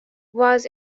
was